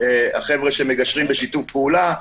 החבר'ה שמגשרים בשיתוף פעולה.